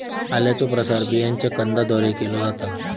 आल्याचो प्रसार बियांच्या कंदाद्वारे केलो जाता